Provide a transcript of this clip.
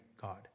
God